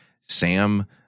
sam